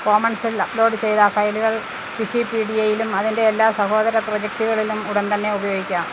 കോമൺസിൽ upload ചെയ്ത ഫയലുകൾ വിക്കിപീഡിയയിലും അതിൻ്റെ എല്ലാ സഹോദര പ്രോജക്റ്റുകളിലും ഉടൻ തന്നെ ഉപയോഗിക്കാം